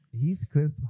Heathcliff